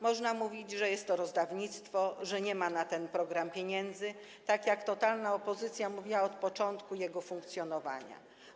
Można mówić, że jest to rozdawnictwo, że nie ma na ten program pieniędzy, tak jak totalna opozycja mówiła od początku jego funkcjonowania.